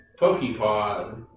PokePod